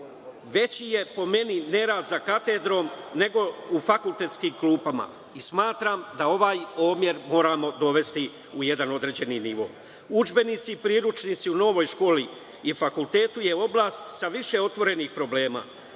veći je po meni nerad za katedrom nego u fakultetskim klupama i smatram da ovaj omer moramo dovesti u jedan određeni nivo. Udžbenici, priručnici u novoj školi i fakultetu je oblast sa više otvorenih problema